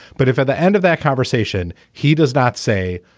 but if at the end of that conversation, he does not say,